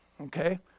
Okay